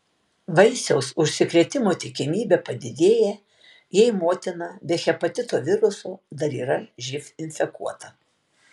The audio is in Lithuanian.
vaisiaus užsikrėtimo tikimybė padidėja jei motina be hepatito viruso dar yra živ infekuota